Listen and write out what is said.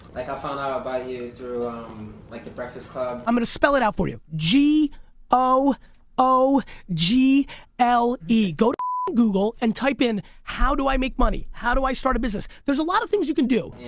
like i found out about you through um like the breakfast club. i'm gonna spell it out for you. g o o g l e. go to google and type in, how do i make money? how do i start a business? there's a lot of things you can do. and